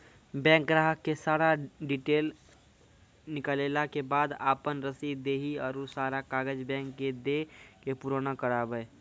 Bank ग्राहक के सारा डीटेल निकालैला के बाद आपन रसीद देहि और सारा कागज बैंक के दे के पुराना करावे?